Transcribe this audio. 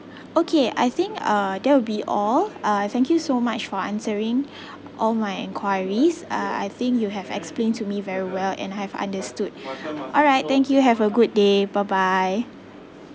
okay I think uh that will be all uh thank you so much for answering all my enquiries uh I think you have explain to me very well and I've understood alright thank you have a good day bye bye